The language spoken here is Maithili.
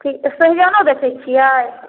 की सोहिजनो रखै छियै